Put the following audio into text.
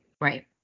Right